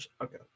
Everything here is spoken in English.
Okay